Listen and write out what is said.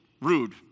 rude